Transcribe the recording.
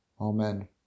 Amen